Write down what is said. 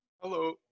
Hello